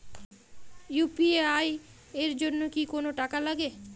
UPI এর জন্য কি কোনো টাকা লাগে?